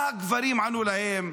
מה הגברים ענו להם?